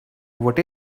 what